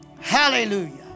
Hallelujah